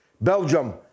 Belgium